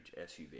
SUV